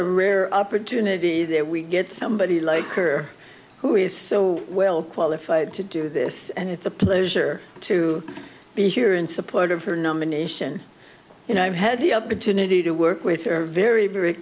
a rare opportunity that we get somebody like her who is so well qualified to do this and it's a pleasure to be here in support of her nomination you know i've had the opportunity to work with her very very